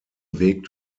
weg